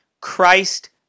Christ